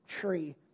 tree